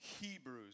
Hebrews